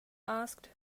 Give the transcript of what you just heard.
asked